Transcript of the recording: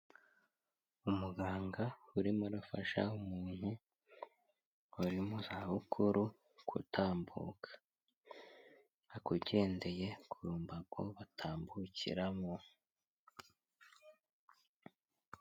Umuganga urimo urafasha umuntu uri mu zabukuru gutambuka, agendeye ku mbago batambukiramo.